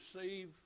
receive